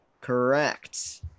Correct